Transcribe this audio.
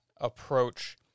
approach